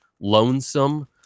lonesome